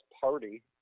party